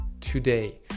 today